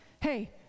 Hey